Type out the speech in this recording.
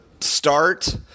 start